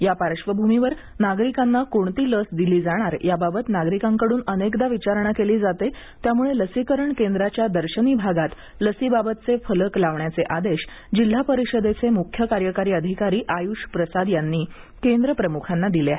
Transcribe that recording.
या पार्श्वभूमीवर नागरिकांना कोणती लस दिली जाणार याबाबत नागरिकांकडून अनेकदा विचारणा केली जाते त्यामुळे लसीकरण केंद्राच्या दर्शनी भागात लसीबाबतचे फलक लावण्याचे आदेश जिल्हा परिषदेचे मुख्य कार्यकारी अधिकारी आयुष प्रसाद यांनी केंद्र प्रमुखांना दिले आहेत